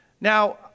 Now